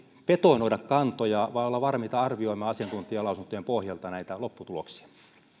betonoida kantoja vaan ollaan valmiita arvioimaan asiantuntijalausuntojen pohjalta näitä lopputuloksia